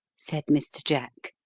said mr. jack,